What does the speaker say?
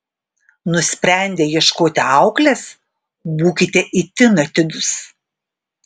nusprendę ieškoti auklės būkite itin atidūs